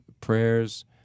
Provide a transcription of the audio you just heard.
prayers